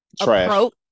approach